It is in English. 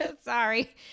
Sorry